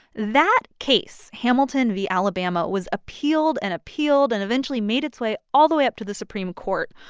that case, hamilton v. alabama, was appealed and appealed and eventually made its way all the way up to the supreme court,